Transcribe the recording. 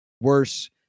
worse